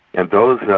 and those and